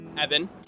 Evan